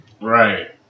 right